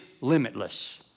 limitless